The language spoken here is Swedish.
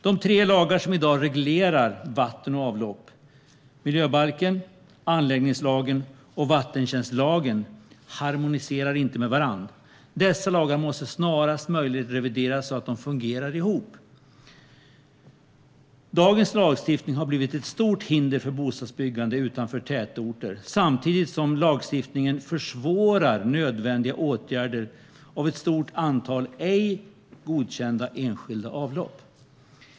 De tre lagar som i dag reglerar vatten och avlopp - miljöbalken, anläggningslagen och vattentjänstlagen - harmonierar inte med varandra. Dessa lagar måste snarast möjligt revideras så att de fungerar ihop. Dagens lagstiftning har blivit ett stort hinder för bostadsbyggande utanför tätorter, samtidigt som lagstiftningen försvårar nödvändiga åtgärder av ett stort antal ej godkända enskilda avlopp.